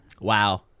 Wow